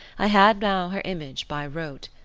i had now her image by rote,